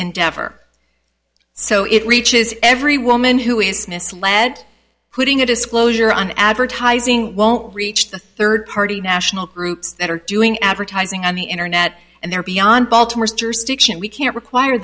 endeavor so it reaches every woman who is misled putting a disclosure on advertising won't reach the third party national groups that are doing advertising on the internet and they're beyond baltimore's jurisdiction we can't require